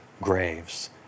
graves